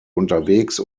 unterwegs